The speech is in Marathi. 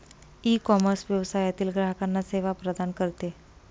ईकॉमर्स व्यवसायातील ग्राहकांना सेवा प्रदान करते